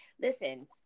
listen